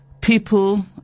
people